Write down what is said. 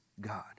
God